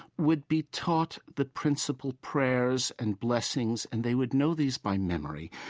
would be taught the principal prayers and blessings, and they would know these by memory.